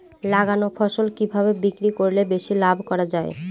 লাগানো ফসল কিভাবে বিক্রি করলে বেশি লাভ করা যায়?